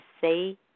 say